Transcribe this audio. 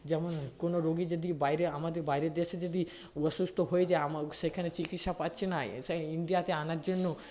যেমন কোন রুগী যদি বাইরে আমাদের বাইরের দেশে যদি অসুস্থ হয়ে যায় আমা সেখানে চিকিৎসা পাচ্ছে না সেই ইন্ডিয়াতে আনার জন্য